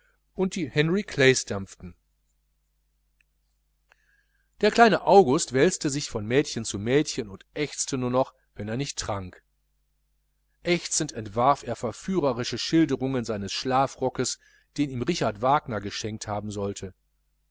und die henry clays dampften der kleine august wälzte sich von mädchen zu mädchen und ächzte nur noch wenn er nicht trank ächzend entwarf er verführerische schilderungen seines schlafrockes den ihm richard wagner geschenkt haben sollte